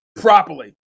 properly